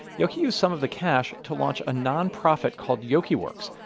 yoky used some of the cash to launch a nonprofit called yokyworks,